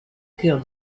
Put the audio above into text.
cœur